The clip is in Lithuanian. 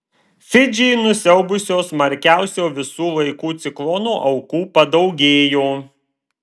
fidžį nusiaubusio smarkiausio visų laikų ciklono aukų padaugėjo